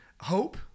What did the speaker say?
Hope